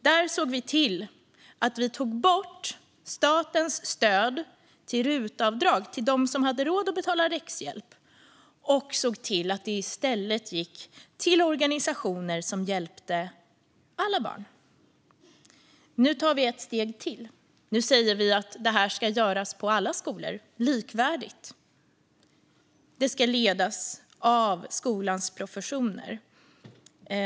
Därför tog vi bort statens stöd till rutavdrag till dem som hade råd att betala läxhjälp och såg till att det i stället gick till organisationer som hjälpte alla barn. Nu tar vi ett steg till. Nu säger vi att det här ska göras på alla skolor, likvärdigt, och ledas av skolans professioner.